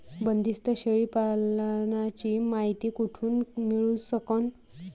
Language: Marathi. बंदीस्त शेळी पालनाची मायती कुठून मिळू सकन?